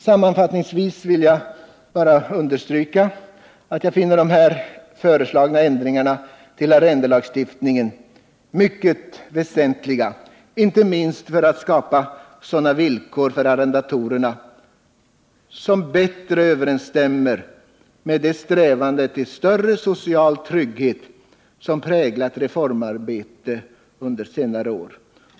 Sammanfattningsvis vill jag bara understryka att jag finner de förslagna ändringarna i arrendelagstiftningen mycket väsentliga, inte minst för att skapa sådana villkor för arrendatorerna som bättre överensstämmer med de strävanden till större social trygghet som präglat reformarbetet under senare år.